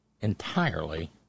entirely